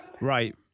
Right